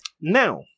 Now